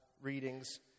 readings